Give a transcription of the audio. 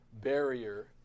barrier